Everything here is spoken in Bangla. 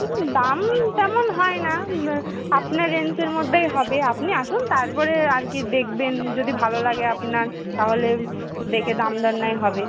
হুম দাম তেমন হয় না আপনার রেঞ্জের মধ্যেই হবে আপনি আসুন তারপরে আর কী দেখবেন যদি ভালো লাগে আপনার তাহলে দেখে দাম দর নয় হবে